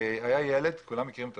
היה ילד כולם מכירים את